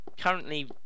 currently